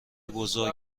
بزرگ